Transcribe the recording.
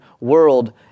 world